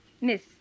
Miss